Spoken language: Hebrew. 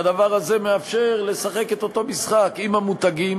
שהדבר הזה מאפשר לשחק את אותו משחק עם המותגים